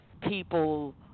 people